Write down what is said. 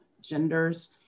genders